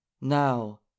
Now